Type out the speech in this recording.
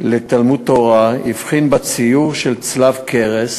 לתלמוד-תורה הבחין בציור של צלב קרס